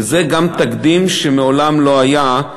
וזה גם תקדים שמעולם לא היה,